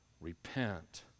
Repent